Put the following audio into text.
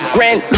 Grand